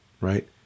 right